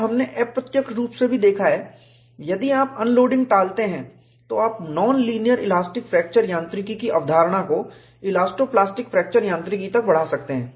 और हमने अप्रत्यक्ष रूप से भी देखा है यदि आप अनलोडिंग टालते हैं तो आप नॉन लीनियर इलास्टिक फ्रैक्चर यांत्रिकी की अवधारणा को इलास्टो प्लास्टिक फ्रैक्चर यांत्रिकी तक बढ़ा सकते हैं